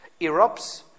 erupts